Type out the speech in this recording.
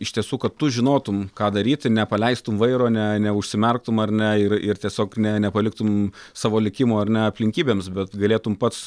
iš tiesų kad tu žinotum ką daryti nepaleistum vairo ne neužsimerktum ar ne ir ir tiesiog ne nepaliktum savo likimo ar ne aplinkybėms bet galėtum pats